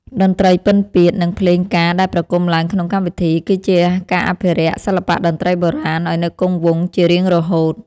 តន្ត្រីពិណពាទ្យ និងភ្លេងការដែលប្រគំឡើងក្នុងកម្មវិធី គឺជាការអភិរក្សសិល្បៈតន្ត្រីបុរាណឱ្យនៅគង់វង្សជារៀងរហូត។